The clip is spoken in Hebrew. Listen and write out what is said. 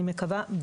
אני מקווה,